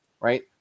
right